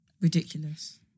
Ridiculous